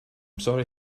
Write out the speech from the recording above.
sorry